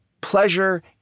pleasure